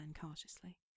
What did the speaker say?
cautiously